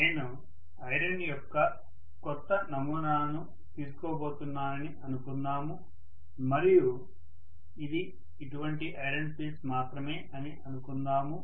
నేను ఐరన్ యొక్క క్రొత్త నమూనాను తీసుకోబోతున్నానని అనుకుందాము మరియు అది ఇటువంటి ఐరన్ పీస్ మాత్రమే అని అనుకుందాము